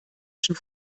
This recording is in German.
schon